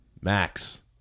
Max